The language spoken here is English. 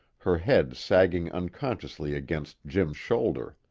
her head sagging unconsciously against jim's shoulder.